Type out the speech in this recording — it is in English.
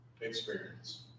experience